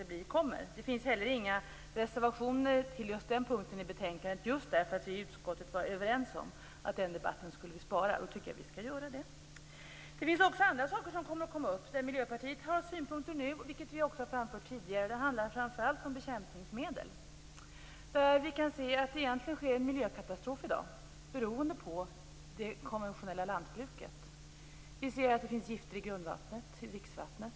Det finns inte heller några reservationer till just den punkten i betänkandet. Vi i utskottet var överens om att den debatten skulle vi spara, och då tycker jag att vi skall göra det. Det finns också andra frågor som kommer att tas upp och som Miljöpartiet har synpunkter på. Det handlar framför allt om bekämpningsmedel. På det området sker det i dag en miljökatastrof beroende på det konventionella lantbruket. Det finns gifter i grundvattnet och i dricksvattnet.